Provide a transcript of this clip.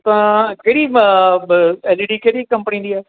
ਤਾਂ ਜਿਹੜੀ ਮ ਬ ਐਲ ਈ ਡੀ ਕਿਹੜੀ ਕੰਪਨੀ ਦੀ ਹੈ